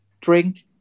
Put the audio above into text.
drink